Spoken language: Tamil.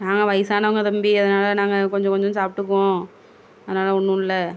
வயசானவங்க தம்பி அதனால் நாங்கள் கொஞ்சம் கொஞ்சம் சாப்பிட்டுக்குவோம் அதனால் ஒன்றும் இல்லை